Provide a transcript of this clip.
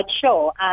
sure